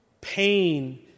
pain